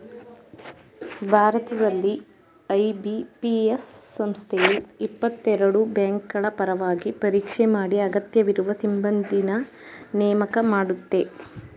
ಭಾರತದಲ್ಲಿ ಐ.ಬಿ.ಪಿ.ಎಸ್ ಸಂಸ್ಥೆಯು ಇಪ್ಪತ್ತಎರಡು ಬ್ಯಾಂಕ್ಗಳಪರವಾಗಿ ಪರೀಕ್ಷೆ ಮಾಡಿ ಅಗತ್ಯವಿರುವ ಸಿಬ್ಬಂದಿನ್ನ ನೇಮಕ ಮಾಡುತ್ತೆ